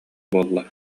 буолла